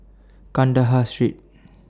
Kandahar Street